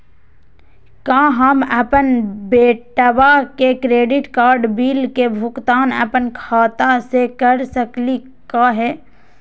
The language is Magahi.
का हम अपन बेटवा के क्रेडिट कार्ड बिल के भुगतान अपन खाता स कर सकली का हे?